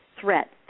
threat